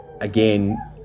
again